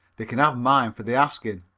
they can have mine for the asking.